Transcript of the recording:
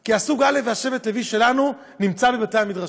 כי הסוג א' והשבט לוי שלנו נמצא בבתי-המדרשיות,